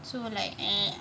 so like uh